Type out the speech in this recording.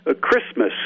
Christmas